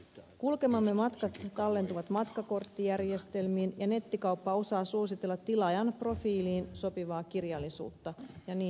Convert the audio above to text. kulkemamme matkat tallentuvat matkakorttijärjestelmiin ja nettikauppa osaa suositella tilaajan profiiliin sopivaa kirjallisuutta ja niin edelleen